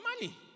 money